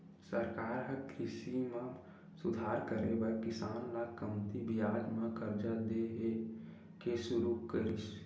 सरकार ह कृषि म सुधार करे बर किसान ल कमती बियाज म करजा दे के सुरू करिस